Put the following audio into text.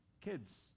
kids